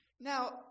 Now